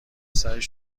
سرش